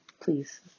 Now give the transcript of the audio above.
please